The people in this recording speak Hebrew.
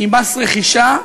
בנוגע למס רכישה,